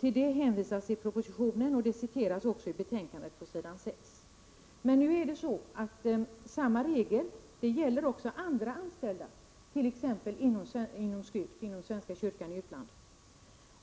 Till detta hänvisar man i propositionen, och det citeras också på s. 6 i betänkandet. Men nu är det så att samma regel gäller också andra anställda, t.ex. inom svenska kyrkan i utlandet,